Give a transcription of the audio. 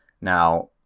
Now